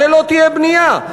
הרי לא תהיה בנייה.